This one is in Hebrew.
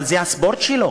אבל זה הספורט שלו,